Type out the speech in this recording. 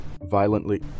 violently